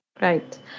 Right